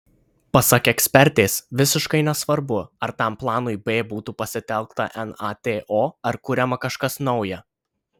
pasak ekspertės visiškai nesvarbu ar tam planui b būtų pasitelkta nato ar kuriama kažkas nauja